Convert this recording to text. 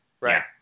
Right